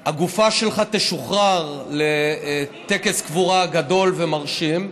הגופה שלך תשוחרר לטקס קבורה גדול ומרשים.